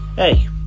Hey